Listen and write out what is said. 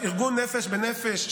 ארגון נפש בנפש,